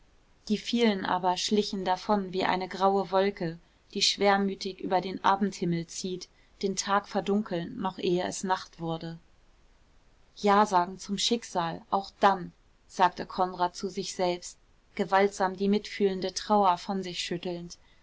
die vielen aber schlichen davon wie eine graue wolke die schwermütig über den abendhimmel zieht den tag verdunkelnd noch ehe es nacht wurde ja sagen zum schicksal auch dann sagte konrad zu sich selbst gewaltsam die mitfühlende trauer von sich schüttelnd